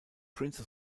prince